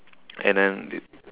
and then